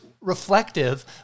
reflective